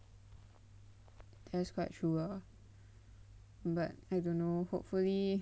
that's quite true lah but I don't know hopefully